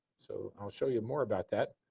so ah show you more about that.